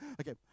Okay